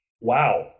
Wow